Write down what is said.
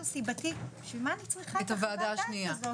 סיבתי למה אני צריכה את החוות דעת הזאת?